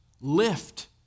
Lift